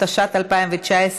210), התשע"ט 2019,